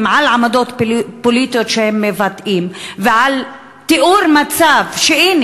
על עמדות פוליטיות שהם מבטאים ועל תיאור מצב שהנה,